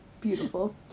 Beautiful